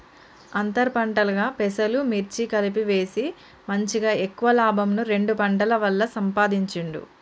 అంతర్ పంటలుగా పెసలు, మిర్చి కలిపి వేసి మంచిగ ఎక్కువ లాభంను రెండు పంటల వల్ల సంపాధించిండు